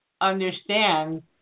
understand